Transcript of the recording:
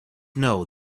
know